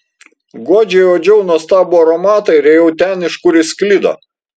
godžiai uodžiau nuostabų aromatą ir ėjau ten iš kur jis sklido